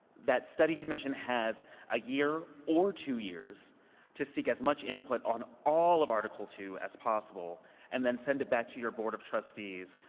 that study commission has a year or two years to seek as much input on all of article two as possible and then send it back to your board of trustees,